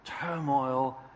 turmoil